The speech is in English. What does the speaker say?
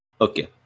okay